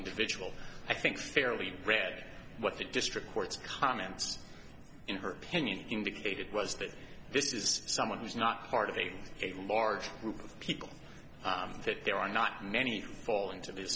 individual i think fairly read what the district court's comments in her opinion indicated was that this is someone who's not part of a a large group of people that there are not many fall into the